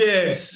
Yes